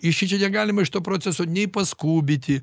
ir šičia negalima šito proceso nei paskubyti